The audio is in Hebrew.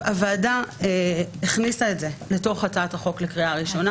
הוועדה הכניסה את זה לתוך הצעת החוק לקריאה ראשונה